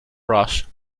rust